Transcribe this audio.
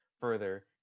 further